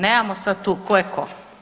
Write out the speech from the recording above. Nemamo sad tu tko je tko.